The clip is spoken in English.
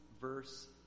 verse